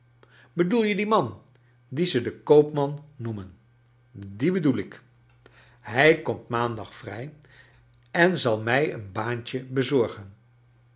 bedoel je dien man dien ze den koopman noemen dien bedoel ik hij komt maandag vrrj en zal mij een baantje bezorgen